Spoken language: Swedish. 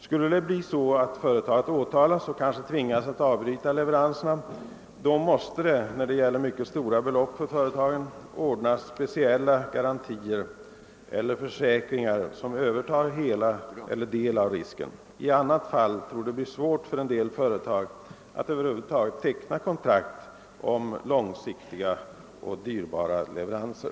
Skulle det bli så att företaget åtalas och kanske tvingas att avbryta leveranserna, måste det när det gäller mycket stora belopp för företaget ordnas speciella garantier eller försäkringar som övertar hela eller en del av risken. I annat fall torde det bli svårt för en del företag att över huvud taget teckna kontrakt om långsiktiga och dyrbara leveranser.